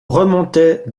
remontait